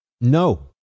No